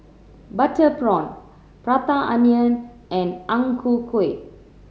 butter prawn Prata Onion and Ang Ku Kueh